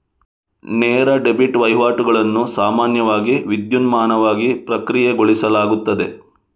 ನೇರ ಡೆಬಿಟ್ ವಹಿವಾಟುಗಳನ್ನು ಸಾಮಾನ್ಯವಾಗಿ ವಿದ್ಯುನ್ಮಾನವಾಗಿ ಪ್ರಕ್ರಿಯೆಗೊಳಿಸಲಾಗುತ್ತದೆ